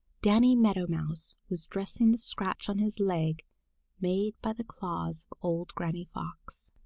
danny meadow mouse was dressing the scratch on his leg made by the claws of old granny fox.